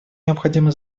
необходимо